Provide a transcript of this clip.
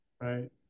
right